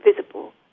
visible